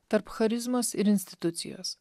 tarp charizmos ir institucijos